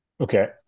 okay